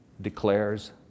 declares